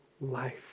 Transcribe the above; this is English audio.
life